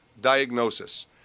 diagnosis